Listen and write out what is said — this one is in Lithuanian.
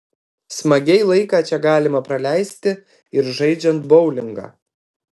smagiai laiką čia galima praleisti ir žaidžiant boulingą